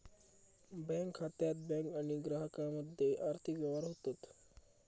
bank खात्यात bank आणि ग्राहकामध्ये आर्थिक व्यवहार होतत